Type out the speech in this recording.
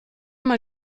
mal